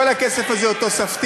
כל הכסף הזה הוא תוספתי.